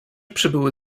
przybyły